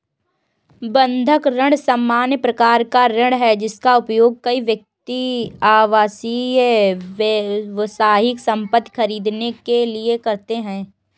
बंधक ऋण सामान्य प्रकार का ऋण है, जिसका उपयोग कई व्यक्ति आवासीय, व्यावसायिक संपत्ति खरीदने के लिए करते हैं